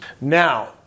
Now